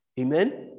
Amen